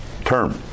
term